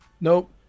Nope